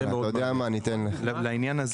בדקנו את העניין הזה,